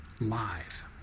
live